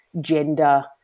gender